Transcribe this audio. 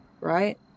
Right